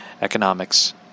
economics